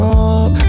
up